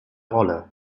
rolle